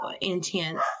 intense